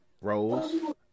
Rose